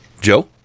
Joe